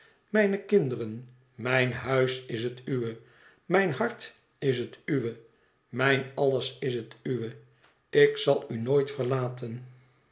mijne kinderen mijn huis is het uwe mijn hart is het uwe mijn alles is het uwe ik zal u nooit verlaten